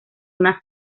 una